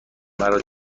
مرا